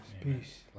Peace